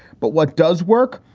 but what does work?